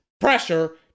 pressure